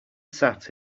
sat